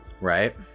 Right